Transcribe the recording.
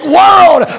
world